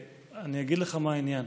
ואני אגיד לך מה העניין.